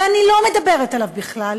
ואני לא מדברת עליו בכלל,